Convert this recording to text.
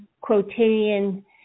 quotidian